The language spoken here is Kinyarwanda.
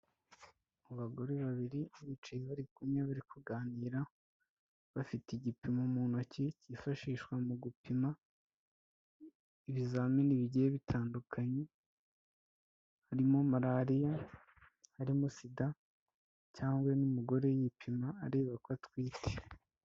Abagore babiri bicaye bari kumwe bari kuganira, bafite igipimo mu ntoki cyifashishwa mu gupima ibizamini bigiye bitandukanye, harimo malariya, harimo SIDA cyangwa n'umugore yipima areba ko atwite.